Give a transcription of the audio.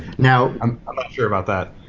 now, i'm not sure about that.